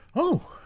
oh!